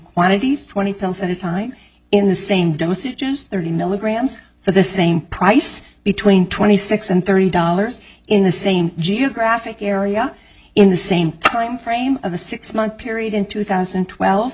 quantities twenty pills at a time in the same dosage as thirty milligrams for the same price between twenty six and thirty dollars in the same geographic area in the same timeframe of a six month period in two thousand and twelve